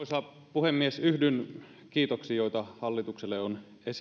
puhemies yhdyn kiitoksiin joita hallitukselle on